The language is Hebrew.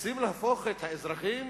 רוצים להפוך את האזרחים